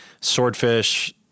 Swordfish